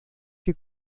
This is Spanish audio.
que